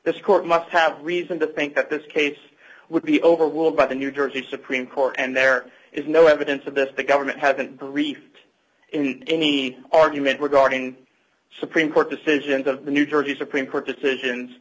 this court might have reason to think that this case would be overwhelmed by the new jersey supreme court and there is no evidence of that the government have been briefed in any argument regarding supreme court decision to the new jersey supreme court decision